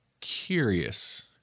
curious